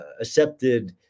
accepted